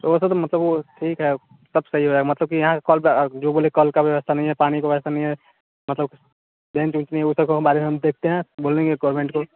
तो वह सब तो मतलब वह ठीक है सब सही है मतलब की यहाँ कॉलबैक जो बोले कॉल की व्यवस्था नहीं है पानी की व्यवस्था नहीं है मतलब हमारे हम देखते हैं बोल देंगे गर्वमेंट को